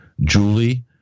Julie